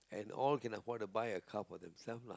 and all can afford to buy a car for themselves lah